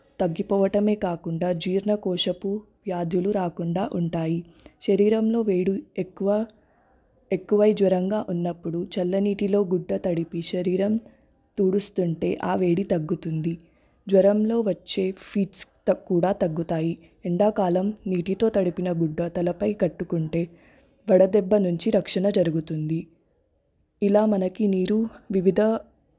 తగ్గిపోవడమే కాకుండా జీర్ణకోశపు వ్యాధులు రాకుండా ఉంటాయి శరీరంలో వేడి ఎక్కువ ఎక్కువ జ్వరంగా ఉన్నప్పుడు చల్లనీటిలో గుడ్డ తడిపి శరీరం తుడుస్తుంటే ఆ వేడి తగ్గుతుంది జ్వరంలో వచ్చే ఫిట్స్ కూడా తగ్గుతాయి ఎండాకాలం నీటితో తడిపిన గుడ్డ తలపై కట్టుకుంటే వడదెబ్బ నుంచి రక్షణ జరుగుతుంది ఇలా మనకి నీరు వివిధ